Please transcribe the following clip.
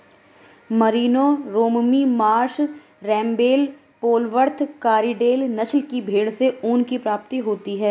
Merino, Romney Marsh, Rambouillet, Polwarth, Corriedale नस्ल की भेंड़ों से ऊन की प्राप्ति होती है